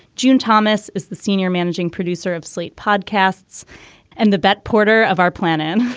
june thomas is the senior managing producer of slate podcasts and the bette porter of our planet.